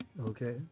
Okay